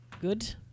Good